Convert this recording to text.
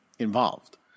involved